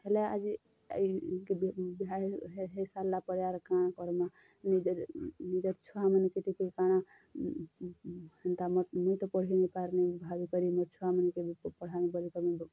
ହେଲେ ଆଜି ଇ ବି ବିହା ହେଇ ସାର୍ଲା ପରେ ଆର୍ କାଣା କର୍ମା ନିଜେ ନିଜର୍ ଛୁଆ ମାନ୍କେ ଟିକେ କାଣା ହେନ୍ତା ମୁଇଁ ତ ପଢ଼ି ନିପାର୍ନି ଭାବିକରି ମୋର୍ ଛୁଆ ମାନ୍କେ ବି ପଢ଼ାମି ବୋଲି କ